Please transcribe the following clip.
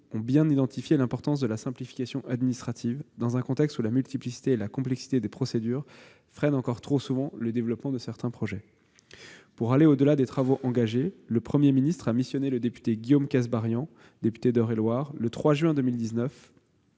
ont mis en évidence l'importance de la simplification administrative dans un contexte où la multiplicité et la complexité des procédures freinent encore trop souvent le développement de certains projets. Pour aller au-delà des travaux engagés, le Premier ministre a chargé le député d'Eure-et-Loir Guillaume Kasbarian, le 3 juin